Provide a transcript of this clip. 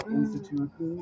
Institute